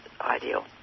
ideal